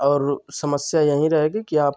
और समस्या यही रहेगी कि आप